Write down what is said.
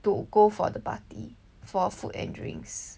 to go for the party for food and drinks